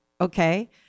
Okay